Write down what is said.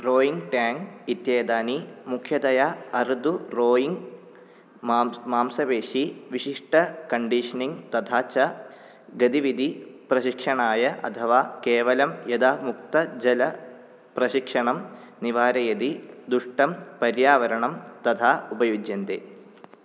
rowing tank इत्येतानि मुख्यतया अऋतु रोयिङ्ग् मांस् मांसपेशीविशिष्टकण्डिशनिङ्ग् तथा च गदिविधिप्रशिक्षणाय अथवा केवलं यदा मुक्तजलप्रशिक्षणं निवारयति दुष्टं पर्यावरणं तथा उपयुज्यन्ते